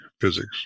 physics